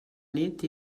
nit